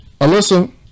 Alyssa